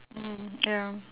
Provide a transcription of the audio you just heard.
mm ya